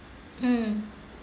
mm